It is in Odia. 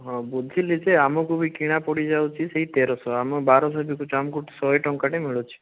ହଁ ବୁଝିଲି ଯେ ଆମକୁ ବି କିଣା ପଡ଼ିଯାଉଛି ସେଇ ତେରଶହ ଆମ ବାରଶହ ବିକୁଛୁ ଆମକୁ ଶହେ ଟଙ୍କାଟେ ମିଳୁଛି